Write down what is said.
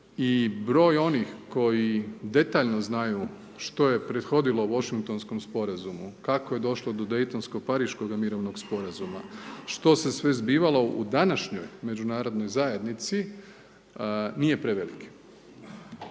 broj onih koji detaljno znaju što je prethodilo Vošingtonskom sporazumu, kao je došlo do Dejtonsko-pariškoga mirovnog sporazuma, što se sve zbivalo u današnjoj međunarodnoj zajednici nije preveliki.